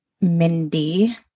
Mindy